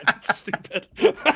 Stupid